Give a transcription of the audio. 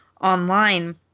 online